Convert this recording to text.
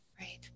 Right